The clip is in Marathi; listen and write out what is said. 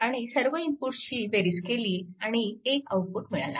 आणि सर्व इनपुटची बेरीज केली आणि एक आउटपुट मिळाला